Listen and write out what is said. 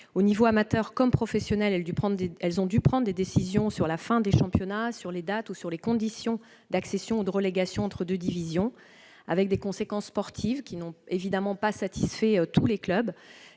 Au niveau amateur comme professionnel, les ligues et les fédérations ont dû prendre des décisions sur la fin des championnats et sur les dates ou sur les conditions d'accession ou de relégation entre deux divisions, avec des conséquences sportives qui n'ont évidemment pas satisfait tous les clubs,